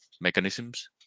mechanisms